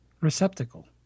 Receptacle